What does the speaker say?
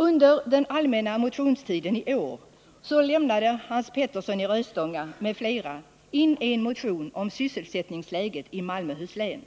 Under den allmänna motionstiden i år väckte Hans Petersson i Röstånga m.fl. en motion om sysselsättningsläget i Malmöhus län.